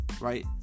right